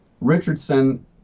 Richardson